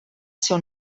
ser